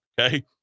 okay